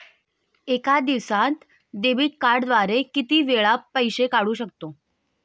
एका दिवसांत डेबिट कार्डद्वारे किती वेळा पैसे काढू शकतो?